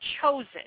chosen